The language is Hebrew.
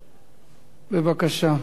בבקשה.